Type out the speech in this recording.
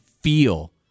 feel